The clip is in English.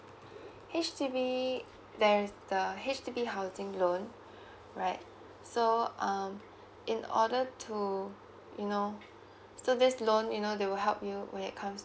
H_D_B there's the H_D_B housing loan right so um in order to you know so this loan you know they will help you when it comes